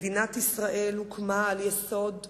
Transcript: מדינת ישראל הוקמה על יסוד דמוקרטי,